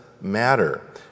matter